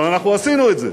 אבל אנחנו עשינו את זה.